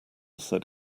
said